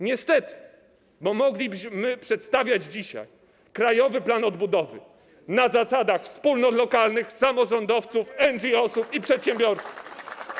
Niestety, bo moglibyśmy przedstawiać dzisiaj Krajowy Plan Odbudowy na zasadach wspólnot lokalnych, samorządowców, NGO i przedsiębiorców.